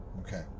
Okay